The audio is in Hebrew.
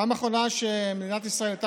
בפעם האחרונה שבה במדינת ישראל הייתה